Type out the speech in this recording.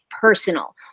personal